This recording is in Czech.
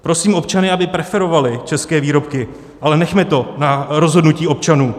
Prosím občany, aby preferovali české výrobky, ale nechme to na rozhodnutí občanů.